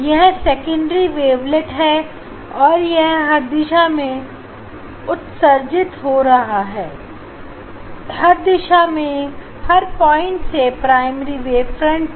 यह secondary wavelet हैं या हर दिशा मे उत्सर्जित हो रहा है हर दिशा में हर पॉइंट से प्राइमरी वेवफ्रंट पर